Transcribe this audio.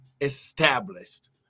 established